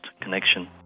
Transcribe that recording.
connection